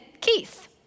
Keith